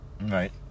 Right